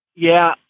yeah.